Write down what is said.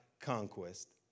conquest